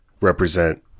represent